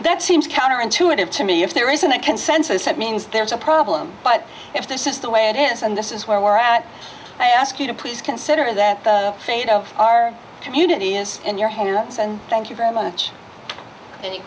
that seems counterintuitive to me if there isn't a consensus that means there's a problem but if this is the way it is and this is where we're at i ask you to please consider that the fate of our community is in your hands and thank you very much any